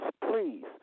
please